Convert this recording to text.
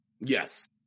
Yes